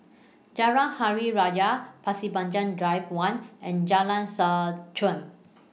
Jalan Hari Raya Pasir Panjang Drive one and Jalan Seh Chuan